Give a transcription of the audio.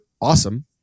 awesome